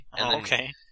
Okay